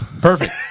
perfect